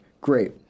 great